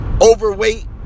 overweight